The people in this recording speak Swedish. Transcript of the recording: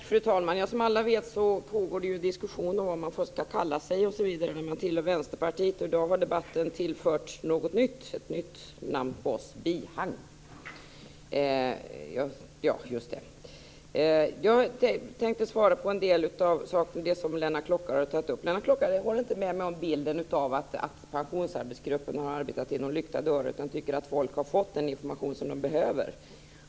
Fru talman! Först: Som alla vet pågår det diskussioner om vad man ska kalla sig för osv. när man tillhör Vänsterpartiet. I dag har debatten tillförts någonting nytt. Det gäller ett nytt namn på oss: bihang. Jag tänkte bemöta en del av det som Lennart Klockare har tagit upp. Han håller inte med mig om bilden av att pensionsarbetsgruppen har arbetat inom lyckta dörrar utan tycker att folk har fått den information som man behöver.